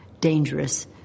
dangerous